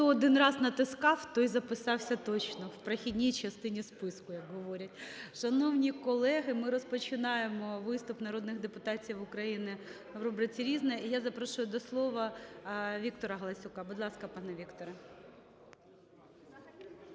Хто один раз натискав, той записався точно, в прохідній частині списку, як говорять. Шановні колеги, ми розпочинаємо виступи народних депутатів України в рубриці "Різне". І я запрошую до слова Віктора Галасюка. Будь ласка, пане Вікторе.